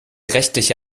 rechtliche